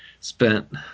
spent